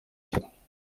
shyaka